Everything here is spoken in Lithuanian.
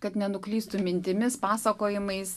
kad nenuklystų mintimis pasakojimais